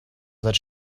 that